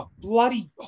bloody